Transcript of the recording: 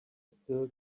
still